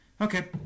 Okay